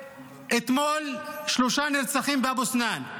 ואתמול, שלושה נרצחים באבו סנאן.